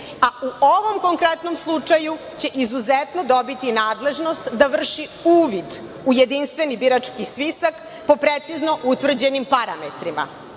a u ovom konkretnom slučaju će izuzetno dobiti nadležnost da vrši uvid u Jedinstveni birački spisak po precizno utvrđenim parametrima,